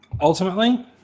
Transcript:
Ultimately